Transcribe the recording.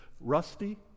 Rusty